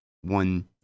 one